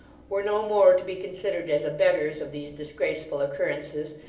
were no more to be considered as abettors of these disgraceful occurrences,